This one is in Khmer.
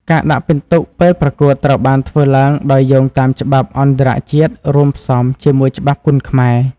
ការដាក់ពិន្ទុពេលប្រកួត ត្រូវបានធ្វើឡើងដោយយោងតាមច្បាប់អន្តរជាតិរួមផ្សំជាមួយច្បាប់គុនខ្មែរ។